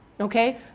okay